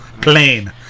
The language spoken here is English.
plane